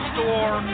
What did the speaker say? Store